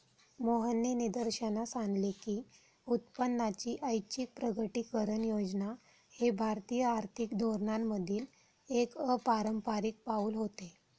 मोहननी निदर्शनास आणले की उत्पन्नाची ऐच्छिक प्रकटीकरण योजना हे भारतीय आर्थिक धोरणांमधील एक अपारंपारिक पाऊल होते